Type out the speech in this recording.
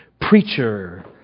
preacher